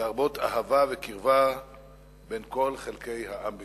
להרבות אהבה וקרבה בין כל חלקי העם בישראל.